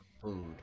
food